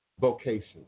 vocation